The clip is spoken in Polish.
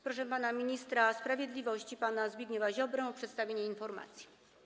Proszę pana ministra sprawiedliwości Zbigniewa Ziobrę o przedstawienie informacji.